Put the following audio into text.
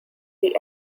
this